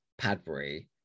padbury